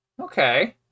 Okay